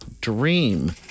Dream